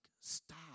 stop